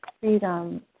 Freedom